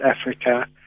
Africa